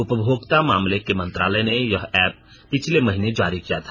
उपभोक्ता मामलों के मंत्रालय ने यह ऐप पिछले महीने जारी किया था